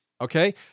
okay